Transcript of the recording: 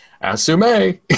assume